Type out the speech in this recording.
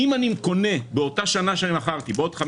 אם אני קונה באותה שנה שמכרתי בעוד 5